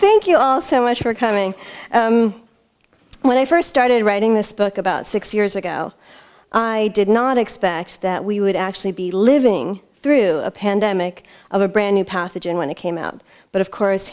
thank you all so much for coming when i first started writing this book about six years ago i did not expect that we would actually be living through a pandemic of a brand new pathogen when it came out but of course